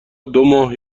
دوماه